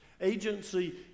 agency